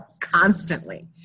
constantly